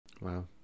Wow